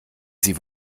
sie